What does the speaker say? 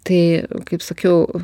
tai kaip sakiau